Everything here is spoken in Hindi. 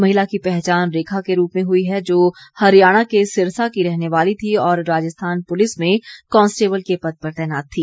महिला की पहचान रेखा के रूप में हुई है जो हरियाणा के सिरसा की रहने वाली थी और राजस्थान पुलिस में कांस्टेबल के पद पर तैनात थी